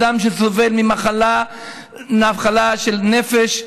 אדם שסובל ממחלה של נפש,